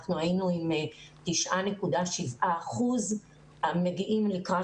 אנחנו היינו עם 9.7%. עכשיו אנחנו מגיעים לקראת